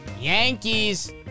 Yankees